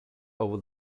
over